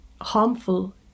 harmful